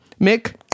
Mick